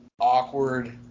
awkward